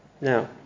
Now